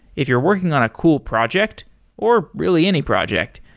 if you're working on a cool project or, really, any project,